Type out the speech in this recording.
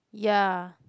ya